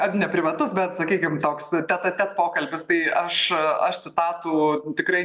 ar ne privatus bet sakykim toks tet a tet pokalbis tai aš aš citatų tikrai